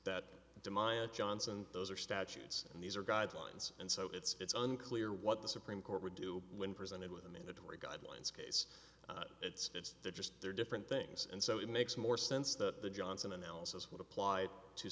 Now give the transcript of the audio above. that demaio johnson those are statutes and these are guidelines and so it's unclear what the supreme court would do when presented with a mandatory guidelines case it's just they're different things and so it makes more sense that the johnson analysis would apply to